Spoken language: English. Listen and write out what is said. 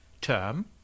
term